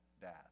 dad